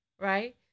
right